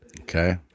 Okay